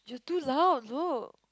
too loud look